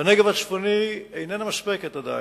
בנגב הצפוני, איננה מספקת עדיין.